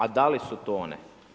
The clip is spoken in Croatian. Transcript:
A da li su to one?